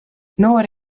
noor